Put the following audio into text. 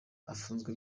afunzwe